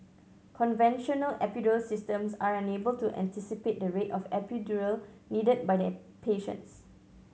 conventional epidural systems are unable to anticipate the rate of epidural needed by the a patients